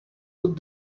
put